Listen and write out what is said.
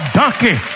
donkey